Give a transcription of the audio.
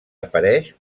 apareix